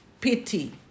pity